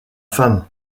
femme